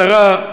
שאלה קצרה.